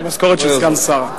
המשכורת של סגן שר.